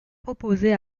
proposé